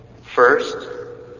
First